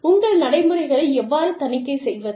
உங்கள் நடைமுறைகளை எவ்வாறு தணிக்கை செய்வது